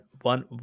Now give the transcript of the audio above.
one